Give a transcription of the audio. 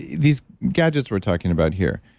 these gadgets we're talking about here,